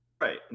right